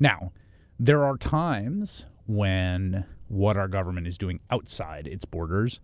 now there are times when what our government is doing outside its borders